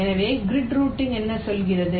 எனவே grid routing என்ன சொல்கிறது